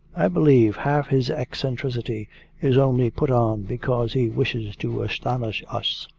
i believe half his eccentricity is only put on because he wishes to astonish us.